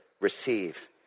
receive